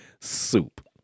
soup